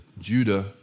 Judah